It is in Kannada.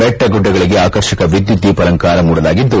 ಬೆಟ್ಟಗುಡ್ಡಗಳಿಗೆ ಆಕರ್ಷಕ ವಿದ್ಯುದ್ದೀಪಾಲಂಕಾರ ಮಾಡಲಾಗಿದ್ದು